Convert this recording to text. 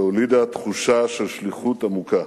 שהולידה תחושה של שליחות עמוקה.